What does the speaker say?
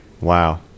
wow